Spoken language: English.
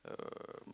um